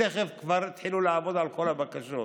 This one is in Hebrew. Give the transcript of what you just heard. תכף כבר התחילו לעבוד על כל הבקשות.